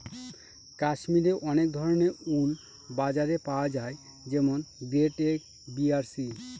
কাশ্মিরে অনেক ধরনের উল বাজারে পাওয়া যায় যেমন গ্রেড এ, বি আর সি